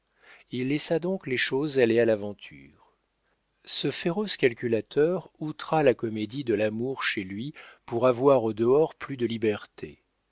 il laissa donc les choses aller à l'aventure ce féroce calculateur outra la comédie de l'amour chez lui pour avoir au dehors plus de liberté